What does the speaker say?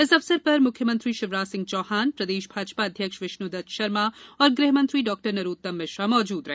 इस अवसर पर मुख्यमंत्री शिवराज सिंह चौहान प्रदेश भाजपा अध्यक्ष विष्णुदत्त शर्मा और गृहमंत्री डॉ नरोत्तम मिश्रा मौजूद रहे